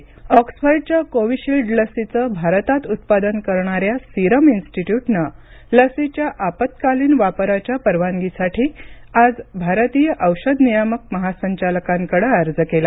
Covid लस सीरम ऑक्सफर्डच्या कोविशील्ड लसीचं भारतात उत्पादन करणाऱ्या सीरम इन्स्टीट्यूटनं लसीच्या आपत्कालीन वापराच्या परवानगीसाठी आज भारतीय औषध नियामक महासंचालकांकडे अर्ज केला